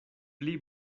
pli